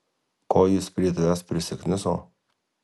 ko jis prie tavęs prisikniso